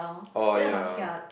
oh ya